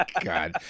God